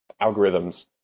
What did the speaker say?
algorithms